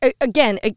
again